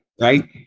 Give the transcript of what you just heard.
right